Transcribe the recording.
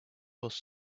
was